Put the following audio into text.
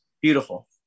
beautiful